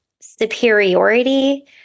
superiority